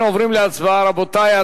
אנחנו עוברים להצבעה, רבותי.